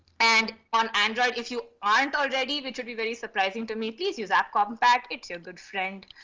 and on android, if you aren't already, which would be very surprising to me, please use app compact. it's your good friend.